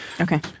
Okay